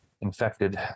infected